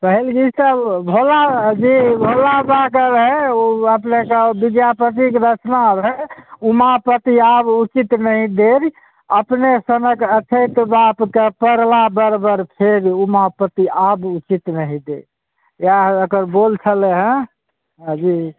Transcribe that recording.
तहन ई सभ भोला जी भोला बाबाके रहै ओ अपनेके विद्यापतिक रचना रहै उमापति आब उचित नहि देर अपने सनक अछैत बापके पड़ला बर बर फेर उमापति आब उचित नहि देर इएह एकर बोल छलै हँ जी